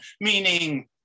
meaning